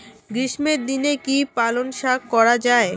গ্রীষ্মের দিনে কি পালন শাখ করা য়ায়?